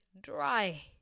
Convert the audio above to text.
dry